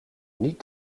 niet